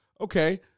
okay